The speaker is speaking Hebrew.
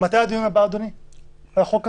אדוני, מתי הדיון הבא על החוק הזה?